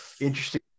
interesting